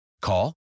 Call